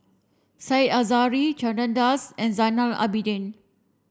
Said Zahari Chandra Das and Zainal Abidin